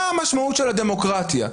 מה המשמעות של הדמוקרטיה?